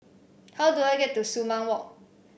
how do I get to Sumang Walk